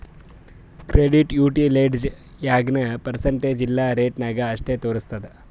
credit utilised ಯಾಗ್ನೂ percentage ಇಲ್ಲಾ ರೇಟ ನಾಗ್ ಅಷ್ಟೇ ತೋರುಸ್ತುದ್